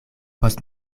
post